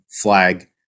flag